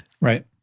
right